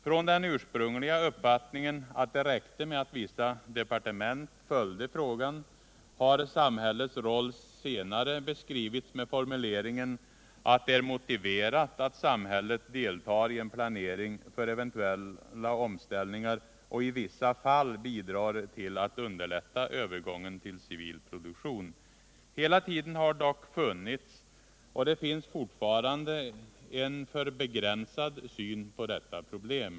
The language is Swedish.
Från den ursprungliga uppfattningen att det räckte med att vissa departement följde frågan har samhällets roll senare beskrivits med formuleringen att det är motiverat att ”samhället deltar i en planering för eventuella omställningar och i vissa fall bidrar till att underlätta övergången till civil produktion”. Hela tiden har det dock funnits — och finns fortfarande — en för begränsad syn på detta problem.